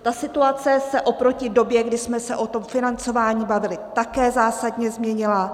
Ta situace se oproti době, kdy jsme se o tom financování bavili, také zásadně změnila.